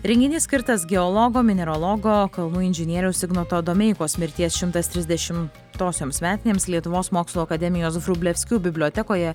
renginys skirtas geologo mineralogo kalnų inžinieriaus ignoto domeikos mirties šimtas trisdešimtosioms metinėms lietuvos mokslų akademijos vrublevskių bibliotekoje